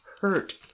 hurt